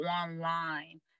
online